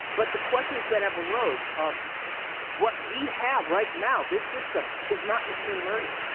but the questions that have arose of what we have right now, this system is not machine learning.